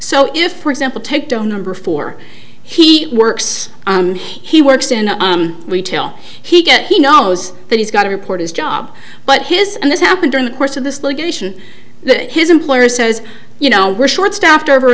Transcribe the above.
so if for example take down number four he works he works in retail he get he knows that he's got to report his job but his and this happened during the course of this litigation that his employer says you know we're short staffed over